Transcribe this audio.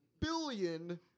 billion